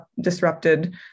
disrupted